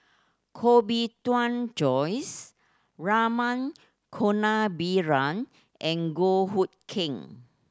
Koh Bee Tuan Joyce Rama Kannabiran and Goh Hood Keng